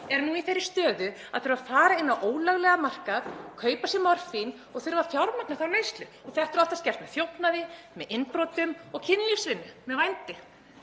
eru í þeirri stöðu að þurfa að fara inn á ólöglegan markað, kaupa sér morfín og fjármagna þá neyslu. Þetta er oftast gert með þjófnaði, innbrotum og kynlífsvinnu, með vændi.